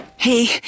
Hey